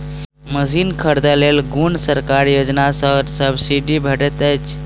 Machine खरीदे लेल कुन सरकारी योजना सऽ सब्सिडी भेटैत अछि?